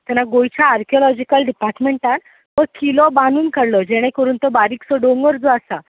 तेन्ना गोंयच्या आर्कोलॉजीकल डिपार्टमेंटान हो किलो बानून काडलो जेणे करून तो बारीकसो दोंगर जो आसा